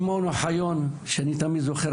שמעון אוחיון אני זוכר,